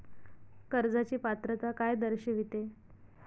कर्जाची पात्रता काय दर्शविते?